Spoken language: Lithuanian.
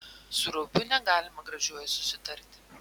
su rubiu negalima gražiuoju susitarti